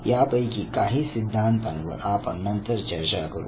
यापैकी काही सिद्धांतांवर आपण नंतर चर्चा करू